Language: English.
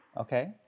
Okay